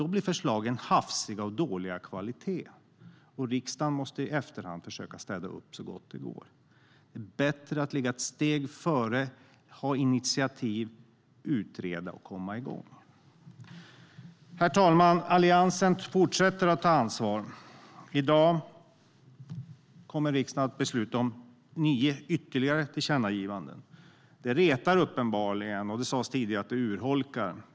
Då blir förslagen nämligen hafsiga och av dålig kvalitet, och riksdagen måste i efterhand försöka städa upp så gott det går. Det är bättre att ligga ett steg före, ta initiativ, utreda och komma igång. Herr talman! Alliansen fortsätter att ta ansvar. I dag kommer riksdagen att besluta om ytterligare nio tillkännagivanden. Det retar uppenbarligen, och det sas tidigare att det urholkar.